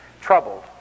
troubled